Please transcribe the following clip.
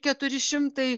keturi šimtai